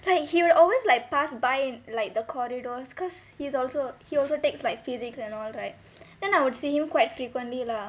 like he will always like pass by like the corridors because he's also he also takes like physics and all right then I would see him quite frequently lah